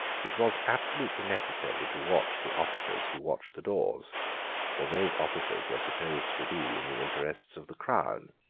it was absolutely necessary to watch the officers who watched the doors for those officers were supposed to be in the interest of the crown,